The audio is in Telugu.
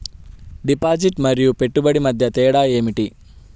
డిపాజిట్ మరియు పెట్టుబడి మధ్య తేడా ఏమిటి?